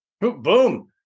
Boom